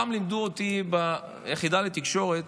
פעם ביחידה לתקשורת